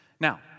Now